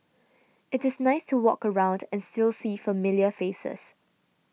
it is nice to walk around and still see familiar faces